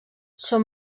són